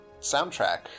soundtrack